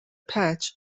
patch